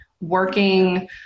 working